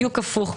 בדיוק הפוך.